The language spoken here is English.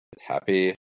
happy